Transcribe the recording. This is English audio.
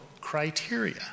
criteria